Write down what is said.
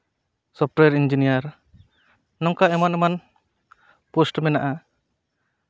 software engineer ᱱᱚᱝᱠᱟᱱ ᱮᱢᱟᱱ ᱮᱢᱟᱱ ᱯᱳᱥᱴ ᱢᱮᱱᱟᱜᱼᱟ